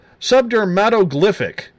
subdermatoglyphic